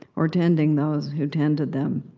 or tending those who tend to them.